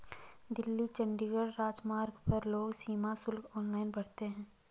दिल्ली चंडीगढ़ राजमार्ग पर लोग सीमा शुल्क ऑनलाइन भरते हैं